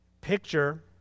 picture